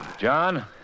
John